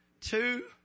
two